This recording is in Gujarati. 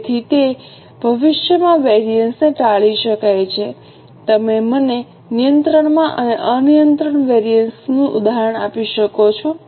તેથી કે ભવિષ્યમાં વેરિએન્સ ને ટાળી શકાય છે તમે મને નિયંત્રણમાં અને અનિયંત્રિત વેરિએન્સ નું ઉદાહરણ આપી શકો છો